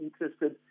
interested